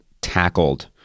tackled